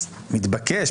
אז מתבקש,